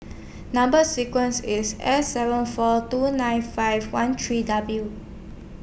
Number sequence IS S seven four two nine five one three W